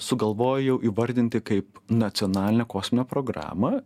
sugalvojau įvardinti kaip nacionalinę kosminę programą